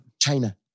China